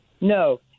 No